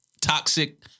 toxic